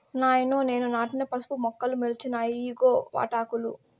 నాయనో నేను నాటిన పసుపు మొక్కలు మొలిచినాయి ఇయ్యిగో వాటాకులు